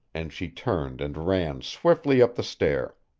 and she turned and ran swiftly up the stair.